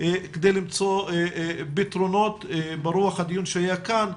כדי למצוא פתרונות ברוח הדיון שהיה כאן,